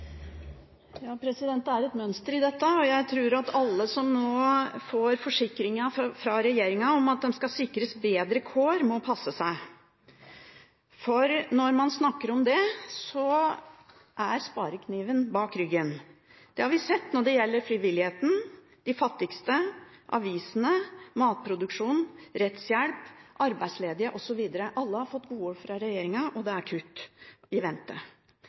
et mønster i dette. Jeg tror at alle som nå får forsikringen fra regjeringen om at de skal sikres bedre kår, må passe seg, for når man snakker om det, er sparekniven bak ryggen. Det har vi sett når det gjelder frivilligheten, de fattigste, avisene, matproduksjonen, rettshjelp, arbeidsledige osv. Alle har fått godord fra regjeringen, og det er kutt i vente.